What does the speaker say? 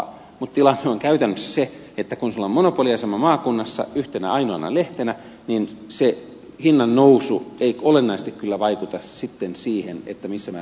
mutta tilanne on käytännössä se että kun sinulla on monopoliasema maakunnassa yhtenä ainoana lehtenä niin se hinnannousu ei olennaisesti kyllä vaikuta sitten siihen missä määrin ihmiset tilaavat sitä lehteä